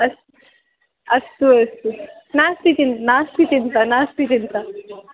अस्तु अस्तु नास्ति चिन्ता नास्ति चिन्ता नास्ति चिन्ता